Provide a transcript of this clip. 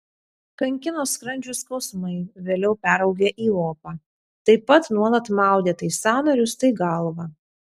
kankino skrandžio skausmai vėliau peraugę į opą taip pat nuolat maudė tai sąnarius tai galvą